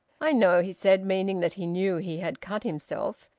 i know, he said, meaning that he knew he had cut himself,